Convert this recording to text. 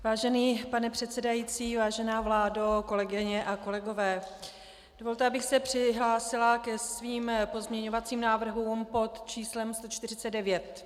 Vážený pane předsedající, vážená vládo, kolegyně a kolegové, dovolte, abych se přihlásila ke svým pozměňovacím návrhům pod číslem 49.